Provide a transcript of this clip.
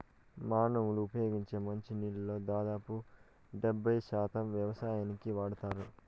మానవులు ఉపయోగించే మంచి నీళ్ళల్లో దాదాపు డెబ్బై శాతం వ్యవసాయానికే వాడతారు